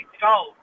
go